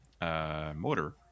motor